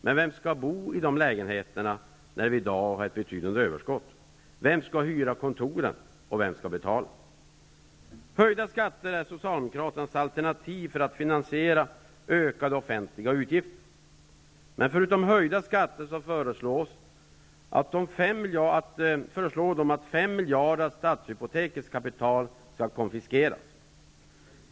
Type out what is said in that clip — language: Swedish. Men vem skall bo i de lägenheterna när vi i dag har betydande överskott? Vem skall hyra kontoren, och vem skall betala? Höjda skatter är Socialdemokraternas alternativ för att finansiera offentliga utgifter. Men förutom höjda skatter föreslår de att 5 miljarder av Stadshypoteks kapital skall konfiskeras!